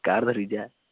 car ଧରିକି ଯିବା